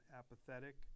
apathetic